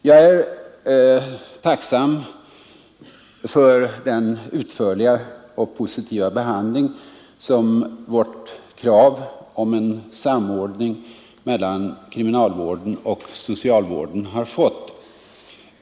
Jag är tacksam för den utförliga och positiva behandling som vårt krav på en samordning mellan kriminalvården och socialvården har fått.